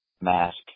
Mask